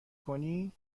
کنی